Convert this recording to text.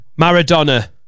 Maradona